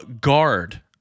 guard